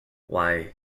why